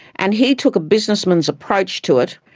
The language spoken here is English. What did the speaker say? and he took a businessman's approach to it.